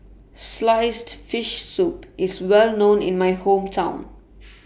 Sliced Fish Soup IS Well known in My Hometown